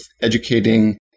educating